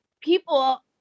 People